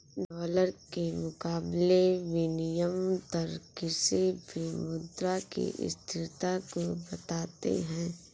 dollar के मुकाबले विनियम दर किसी भी मुद्रा की स्थिरता को बताते हैं